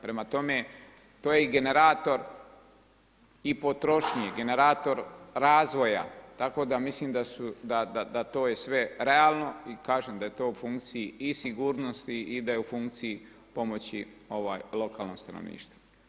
Prema tome, to je i generator i potrošnje, generator razvoja, tako da mislim da to je sve realno i kažem, da je to u funkciji i sigurnosti i da je u funkciji pomoći lokalnom stanovništvu.